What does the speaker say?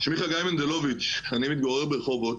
שמי חגי מנדלוביץ, אני מתגורר ברחובות,